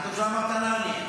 טוב שלא אמרת --- אוקיי,